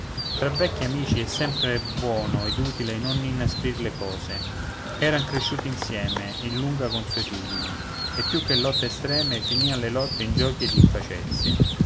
tra vecchi amici è sempre buono ed utile non inasprir le cose eran cresciuti insieme in lunga consuetudine e più che in lotte estreme finian le lotte in giochi ed in facezie